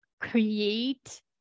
create